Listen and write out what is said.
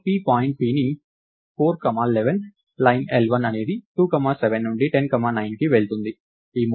నేను p point pని 4 comma 11 line L1 అనేది2 7 నుండి 10 9 కి వెళ్తుంది